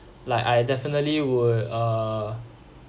like I definitely would uh